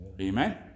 Amen